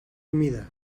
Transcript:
humida